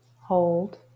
Hold